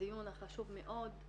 הדיון החשוב מאוד.